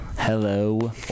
hello